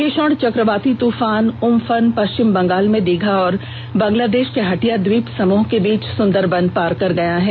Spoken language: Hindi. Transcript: भीषण चक्रवाती तूफान उम्फन पश्चिम बंगाल में दीघा और बांग्लादेश के हटिया द्वीप समूह के बीच सुंदरबन पार कर गया है